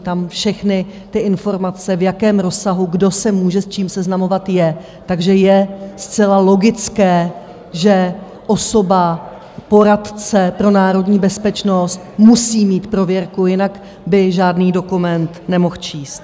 Tam všechny ty informace, v jakém rozsahu, kdo se může s čím seznamovat, jsou, takže je zcela logické, že osoba poradce pro národní bezpečnost musí mít prověrku, jinak by žádný dokument nemohl číst.